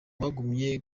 bagumye